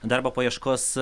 darbo paieškos